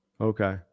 Okay